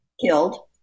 killed